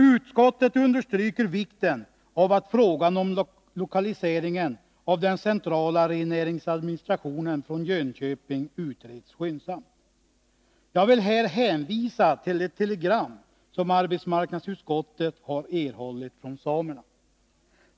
Utskottet understryker vikten av att frågan om lokaliseringen av den centrala rennäringsadministrationen från Jönköping utreds skyndsamt. Jag vill här hänvisa till det telegram som arbetsmarknadsutskottet har erhållit från samerna.